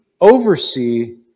oversee